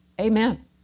Amen